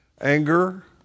Anger